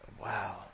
Wow